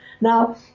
Now